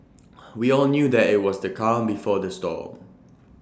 we all knew that IT was the calm before the storm